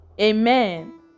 Amen